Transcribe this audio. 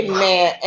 Amen